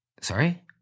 Sorry